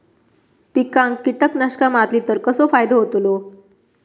पिकांक कीटकनाशका मारली तर कसो फायदो होतलो?